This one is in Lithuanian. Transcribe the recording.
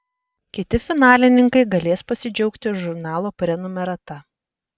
kiti finalininkai galės pasidžiaugti žurnalo prenumerata